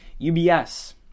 UBS